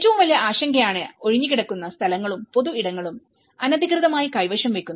ഏറ്റവും വലിയ ആശങ്കയാണ് ഒഴിഞ്ഞുകിടക്കുന്ന സ്ഥലങ്ങളും പൊതു ഇടങ്ങളും അനധികൃതമായി കൈവശം വയ്ക്കുന്നത്